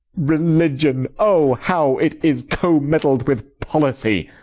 religion, oh, how it is commeddled with policy!